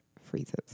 freezes